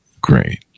great